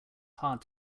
hard